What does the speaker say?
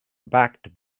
backed